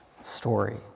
story